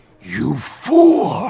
you fool!